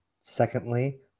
Secondly